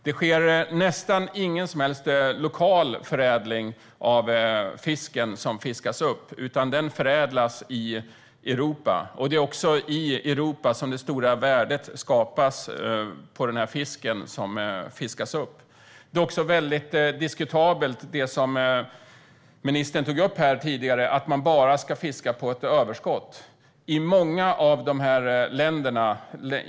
Det sker nästan ingen som helst lokal förädling av den fisk som fiskas upp, utan den förädlas i Europa. Det är också i Europa som det stora värdet skapas på den fisk som fiskas upp. Det som ministern tog upp här tidigare, att man bara ska fiska på ett överskott, är också väldigt diskutabelt.